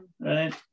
Right